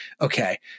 okay